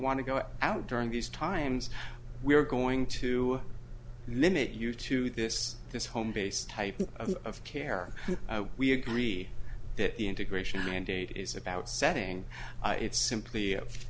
want to go out during these times we're going to limit you to this this home based type of care we agree that the integration mandate is about setting it's simply